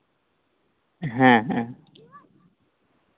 ᱦᱮᱸ ᱦᱮᱸ